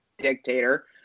dictator